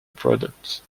product